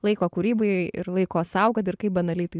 laiko kūrybai ir laiko sau kad ir kaip banaliai tai